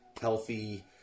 healthy